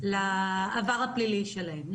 לעבר הפלילי שלהם,